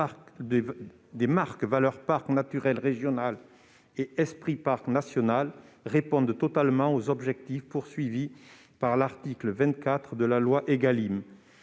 des marques Valeurs parc naturel régional et Esprit parc national répondent totalement aux objectifs de l'article 24 de la loi Égalim.